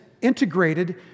integrated